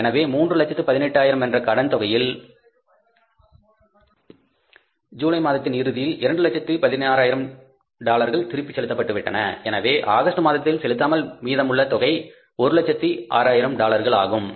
எனவே மூன்று லட்சத்து 18 ஆயிரம் என்ற கடன் தொகையில் ஜூலை மாதத்தின் இறுதியில் 2 லட்சத்து 16 ஆயிரம் டாலர்கள் திருப்பி செலுத்தபட்டுவிட்டன எனவே ஆகஸ்ட் மாதத்தில் செலுத்தாமல் மீதமுள்ள தொகை 106000 டாலர்கள் ஆகும்